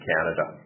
Canada